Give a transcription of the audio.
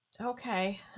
Okay